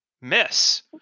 miss